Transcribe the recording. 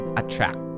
attract